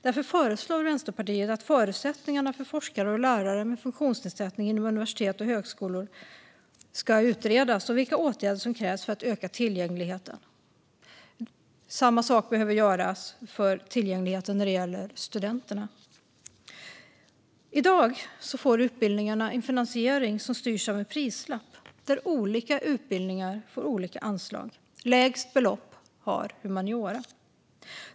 Därför föreslår Vänsterpartiet att förutsättningarna för forskare och lärare med funktionsnedsättning inom universitet och högskolor och vilka åtgärder som krävs för att öka tillgängligheten ska utredas. Samma sak behöver göras när det gäller tillgängligheten för studenter. I dag får utbildningarna en finansiering som styrs av en prislapp, där olika utbildningar får olika anslag. Lägst belopp har humaniora.